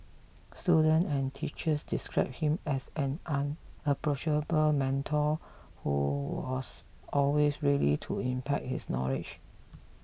students and teachers described him as an approachable mentor who was always ready to impart his knowledge